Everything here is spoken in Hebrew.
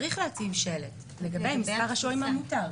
צריך להציב שלט לגבי מספר השוהים המותר.